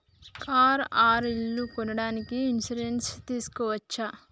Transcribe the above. Car or ఇల్లు కొనడానికి insurance తీస్కోవచ్చా?